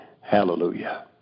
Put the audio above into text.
Hallelujah